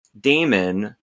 damon